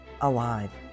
alive